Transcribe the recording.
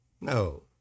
no